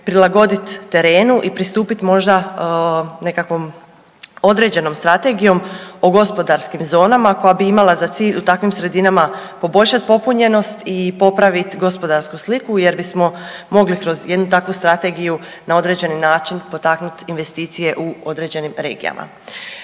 prilagodit terenu i pristupit možda nekakvom određenom strategijom o gospodarskim zonama koja bi imala za cilj u takvim sredinama poboljšati popunjenost i popravit gospodarsku sliku jer bismo mogli kroz jednu takvu strategiju na određeni način potaknut investicije u određenim regijama.